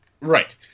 Right